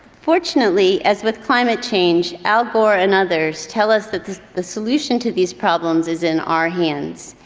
fortunately, as with climate change, al gore and others tell us that the the solution to these problems is in our hands,